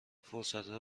فرصتهای